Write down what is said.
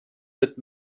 mit